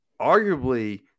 arguably